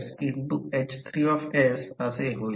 तर हे G4 G6H3 असे होईल